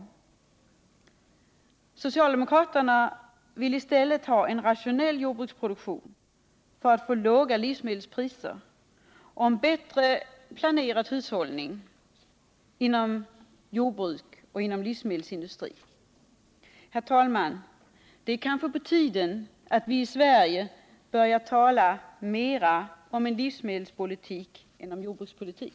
Socialdemokraterna vill i stället ha en rationell jordbruksproduktion för att få låga livsmedelspriser, och en bättre planerad hushållning inom jordbruk och inom livsmedelsindustri. Herr talman! Det är kanske på tiden att vi i Sverige börjar tala mera om en livsmedelspolitik än om jordbrukspolitik.